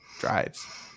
drives